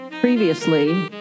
previously